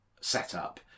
setup